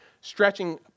stretching